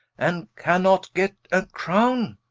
and cannot get a crowne?